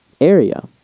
area